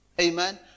Amen